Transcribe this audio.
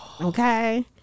okay